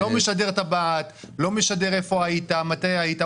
לא משדר טבעת, לא משדר איפה היית ומתי היית.